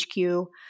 HQ